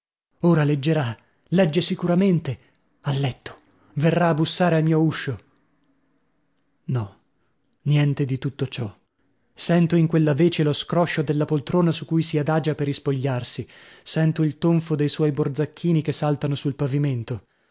ora leggerà legge sicuramente ha letto verrà a bussare al mio uscio no niente di ciò sento in quella vece lo scroscio della poltrona su cui si adagia per ispogliarsi sento il tonfo dei suoi borzacchini che saltano sul pavimento